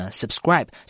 subscribe